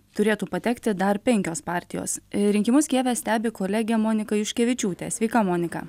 turėtų patekti dar penkios partijos rinkimus kijeve stebi kolegė monika juškevičiūtė sveika monika